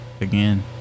Again